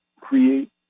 create